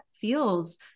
feels